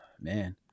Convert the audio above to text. man